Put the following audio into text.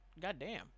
Goddamn